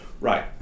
Right